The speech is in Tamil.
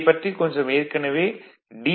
இதைப்பற்றி கொஞ்சம் ஏற்கனவே டி